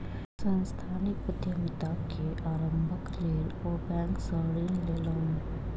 सांस्थानिक उद्यमिता के आरम्भक लेल ओ बैंक सॅ ऋण लेलैन